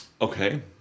Okay